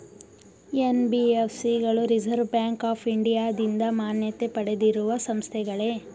NBFC ಗಳು reserve bank of ಇಂಡಿಯಾದಿಂದ ಮಾನ್ಯತೆ ಪಡೆದಿರುವ ಸಂಸ್ಥೆಗಳೇ?